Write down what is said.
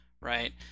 right